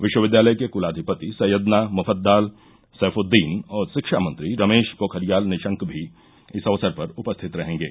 विश्वविद्यालय के कुलाधिपति सैयदना मुफद्दाल सैफुद्दीन और शिक्षा मंत्री रमेश पोखरियाल निशंक भी इस अवसर पर उपस्थित रहेंगे